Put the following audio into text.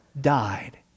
died